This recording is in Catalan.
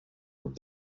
grup